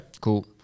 Cool